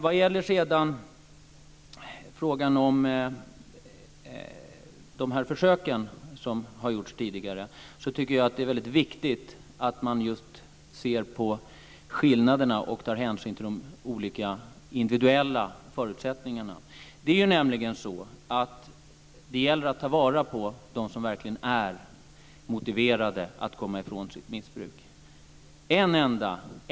Vad gäller frågan om de försök som har gjorts tidigare tycker jag att det är väldigt viktigt att man just ser på skillnaderna och tar hänsyn till de olika individuella förutsättningarna. Det gäller nämligen att ta vara på dem som verkligen är motiverade att komma ifrån sitt missbruk.